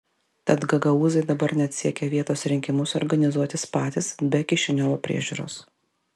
tad gagaūzai dabar net siekia vietos rinkimus organizuotis patys be kišiniovo priežiūros